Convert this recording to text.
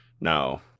no